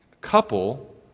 couple